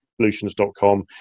solutions.com